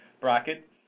bracket